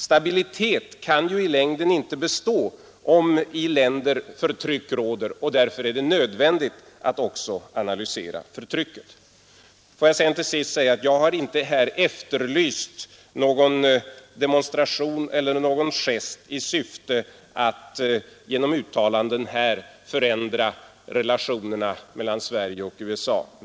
Stabilitet kan ju i längden inte bestå i ett land om det råder förtryck, och därför är det nödvändigt att också analysera och kritisera förtrycket. Låt mig sedan till sist säga att jag inte efterlyst någon demonstration eller någon gest i syfte att förändra relationerna mellan Sverige och USA.